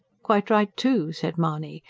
quite right, too, said mahony.